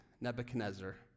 Nebuchadnezzar